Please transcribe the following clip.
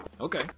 Okay